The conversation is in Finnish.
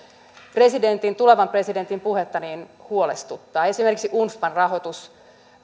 tulevan presidentin puhetta niin huolestuttaa esimerkiksi unfpan rahoitus